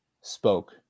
spoke